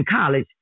college